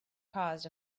caused